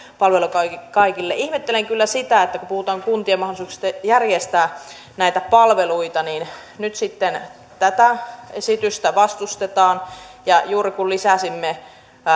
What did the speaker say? palvelua kaikille kaikille ihmettelen kyllä sitä että kun puhutaan kuntien mahdollisuuksista järjestää näitä palveluita niin nyt sitten tätä esitystä vastustetaan ja juuri kun lisäsimme